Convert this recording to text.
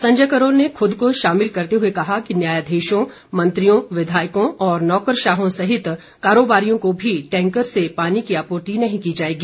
संजय करोल ने खुद को शामिल करते हए कहा कि न्यायाधीशों मंत्रियों विधायकों और नौकरशाहों सहित कारोबारियों को भी टैंकर से पानी की आपूर्ति नहीं की जाएगी